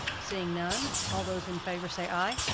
seeing none, all those in favor say aye!